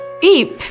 Beep